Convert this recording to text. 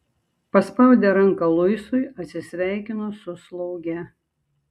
paspaudė ranką luisui atsisveikino su slauge